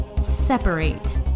separate